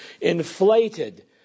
inflated